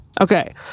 Okay